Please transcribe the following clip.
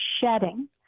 shedding